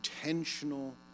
intentional